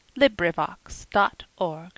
LibriVox.org